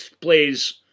plays